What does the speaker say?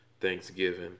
thanksgiving